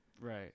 Right